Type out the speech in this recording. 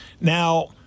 Now